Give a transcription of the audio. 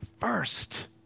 first